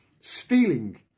stealing